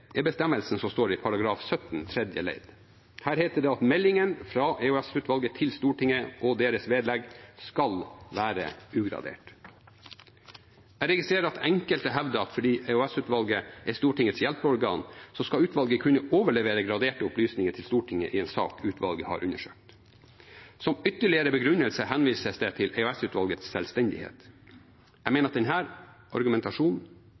er bestemmelsen som står i § 17 tredje ledd. Her heter det at meldingene fra EOS-utvalget til Stortinget, og deres vedlegg, skal være ugraderte. Jeg registrerer at enkelte hevder at fordi EOS-utvalget er Stortingets hjelpeorgan, skal utvalget kunne overlevere graderte opplysninger til Stortinget i en sak utvalget har undersøkt. Som ytterligere begrunnelse henvises det til EOS-utvalgets selvstendighet. Jeg mener